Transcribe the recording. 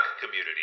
community